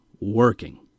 working